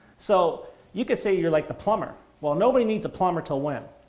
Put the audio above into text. so you can say you're like the plumber. well, nobody needs a plumber until when?